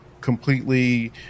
completely